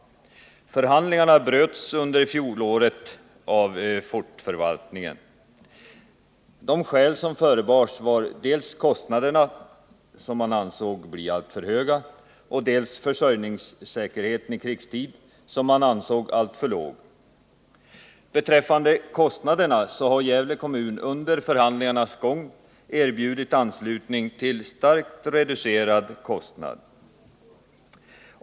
Förhandlingarna bröts under fjolåret av fortifikationsförvaltningen. De skäl som förebars var dels kostnaderna, som man ansåg blev alltför höga, dels försörjningssäkerheten i krigstid, som man ansåg alltför låg. Gävle kommun har under förhandlingarnas gång erbjudit anslutning till starkt reducerad kostnad.